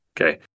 Okay